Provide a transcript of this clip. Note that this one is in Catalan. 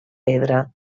pedra